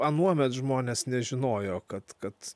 anuomet žmonės nežinojo kad kad